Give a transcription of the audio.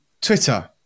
Twitter